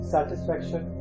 Satisfaction